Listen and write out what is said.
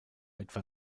etwa